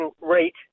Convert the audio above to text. rate